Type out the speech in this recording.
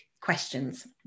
questions